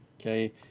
okay